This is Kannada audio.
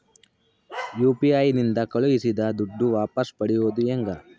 ಯು.ಪಿ.ಐ ನಿಂದ ಕಳುಹಿಸಿದ ದುಡ್ಡು ವಾಪಸ್ ಪಡೆಯೋದು ಹೆಂಗ?